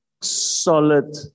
solid